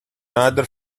other